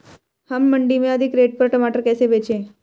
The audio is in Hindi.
हम मंडी में अधिक रेट पर टमाटर कैसे बेचें?